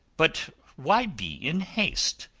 but why be in haste?